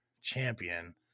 champion